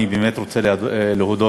אני באמת רוצה להודות